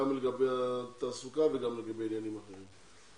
גם לגבי התעסוקה וגם לגבי עניינים אחרים,